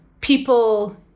people